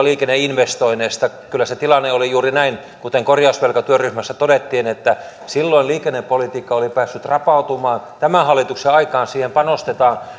liikenneinvestoinneista kyllä se tilanne oli juuri näin kuten korjausvelkatyöryhmässä todettiin että silloin liikennepolitiikka oli päässyt rapautumaan tämän hallituksen aikaan siihen panostetaan